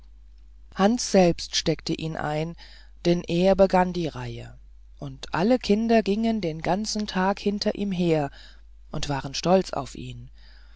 hans selbst steckte ihn ein denn er begann die reihe und alle kinder gingen den ganzen tag hinter ihm her und waren stolz auf ihn